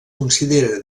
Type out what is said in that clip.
considera